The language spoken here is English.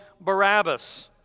Barabbas